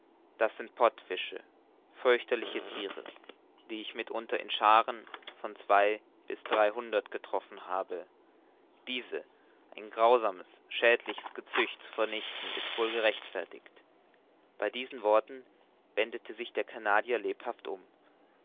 das sind pottfische fürchterliche thiere die ich mitunter in scharen von zwei bis dreihundert getroffen habe diese ein grausames schädliches gezücht zu vernichten ist wohl gerechtfertigt bei diesen worten wendete sich der canadier lebhaft um